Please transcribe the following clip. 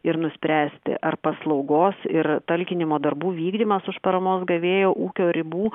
ir nuspręsti ar paslaugos ir talkinimo darbų vykdymas už paramos gavėjo ūkio ribų